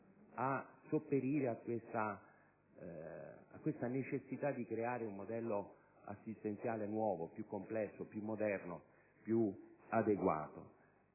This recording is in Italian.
a sopperire alla necessità di creare un modello assistenziale nuovo, più complesso, moderno ed adeguato.